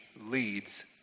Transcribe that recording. leads